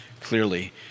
clearly